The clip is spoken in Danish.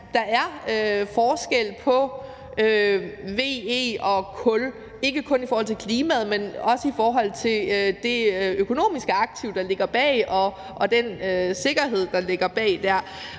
der er forskel på VE og kul, ikke kun i forhold til klimaet, men også i forhold til det økonomiske aktiv, der ligger bag, og den sikkerhed, der ligger bag.